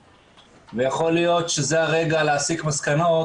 ויכול להיות שזה הרגע להסיק מסקנות